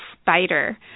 spider